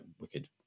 wicked